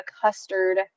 custard